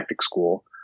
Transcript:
school